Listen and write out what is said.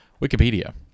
Wikipedia